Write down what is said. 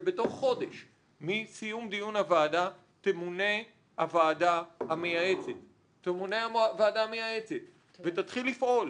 שבתוך חודש מסיום דיון הוועדה תמונה הוועדה המייעצת ותתחיל לפעול.